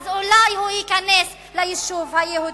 אולי הוא ייכנס ליישוב היהודי.